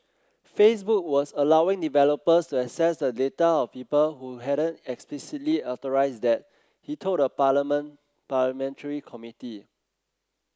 Facebook was allowing developers access the data of people who hadn't explicitly authorised that he told a parliamentary committee